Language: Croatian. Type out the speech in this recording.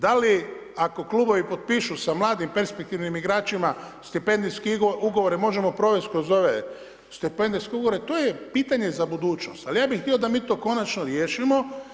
Da li ako klubovi potpišu sa mladim perspektivnim igračima, stipendijske ugovore, možemo provesti kroz ove stipendijske ugovore, to je pitanje za budućnost, ali ja bi htio da mi to konačno riješimo.